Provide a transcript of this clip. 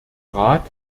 rat